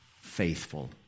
faithful